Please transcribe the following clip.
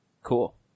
Cool